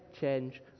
change